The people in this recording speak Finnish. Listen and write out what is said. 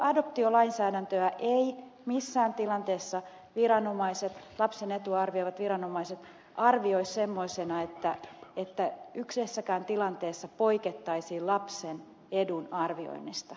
adoptiolainsäädäntöä ei missään tilanteessa lapsen etua arvioivat viranomaiset arvioi semmoisena että yhdessäkään tilanteessa poikettaisiin lapsen edun arvioinnista